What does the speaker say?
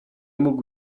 mógł